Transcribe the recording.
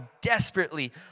desperately